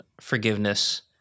forgiveness